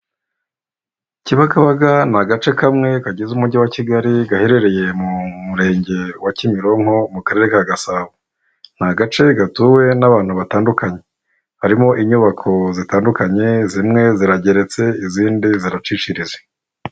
Kibagabaga ni agace kamwe kagize umujyi wa Kigali gaherereye mu murenge wa Kimironko mu karere ka Gasabo. Ni agace gatuwe n'abantu batandukanye harimo inyubako zitandukanye zimwe zirageretse izindi ziracishirije.